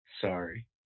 Sorry